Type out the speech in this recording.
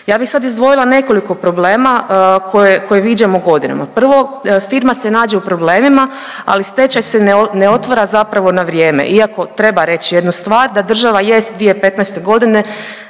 Ja bih sad izdvojila nekoliko problema koji viđamo godinama. Prvo, firma se nađe u problemima, ali stečaj se ne otvara zapravo na vrijeme, iako treba reći jednu stvar, da država jest 2015. nakon